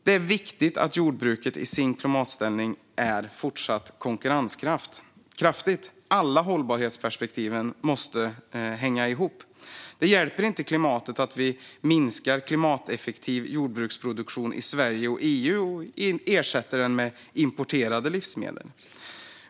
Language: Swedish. Det är viktigt att jordbruket i sin klimatomställning är fortsatt konkurrenskraftigt. Alla hållbarhetsperspektiv måste hänga ihop. Det hjälper inte klimatet att vi minskar den klimateffektiva jordbruksproduktionen i Sverige och EU och ersätter den med importerade livsmedel.